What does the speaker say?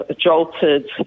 jolted